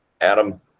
Adam